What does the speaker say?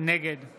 נגד יבגני